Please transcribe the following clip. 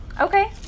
okay